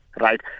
Right